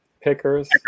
Pickers